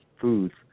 foods